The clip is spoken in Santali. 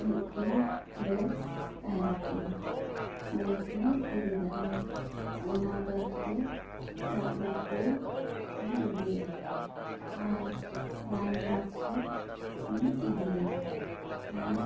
ᱢᱤᱫᱴᱟᱝ ᱵᱮᱜᱽ ᱛᱟᱦᱮᱱ ᱛᱤᱧᱟᱹ ᱵᱮᱜᱽ ᱦᱚᱧ ᱤᱫᱤ ᱛᱟᱨᱟᱭᱟ ᱚᱱᱟ ᱵᱮᱜᱽ ᱨᱮ ᱫᱟᱜ ᱵᱚᱛᱚᱞ ᱤᱧ ᱤᱫᱤᱭᱟ ᱟᱨ ᱨᱟᱱ ᱵᱟᱠᱥᱚ ᱦᱚᱧ ᱤᱫᱤᱭᱟ ᱟᱨ